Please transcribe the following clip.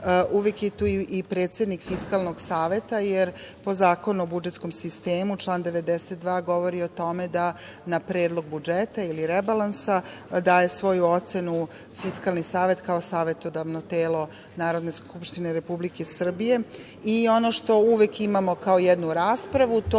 uvek je tu i predsednik Fiskalnog saveta, jer po Zakonu o budžetskom sistemu, član 92. govori o tome da na Predlog budžeta ili rebalansa daje svoju ocenu Fiskalni savet kao savetodavno telo Narodne skupštine Republike Srbije. Ono što uvek imamo kao jednu raspravu,